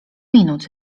minut